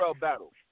battle